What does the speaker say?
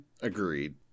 Agreed